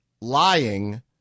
lying